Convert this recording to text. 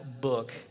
book